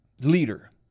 leader